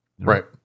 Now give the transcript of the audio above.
Right